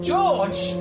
George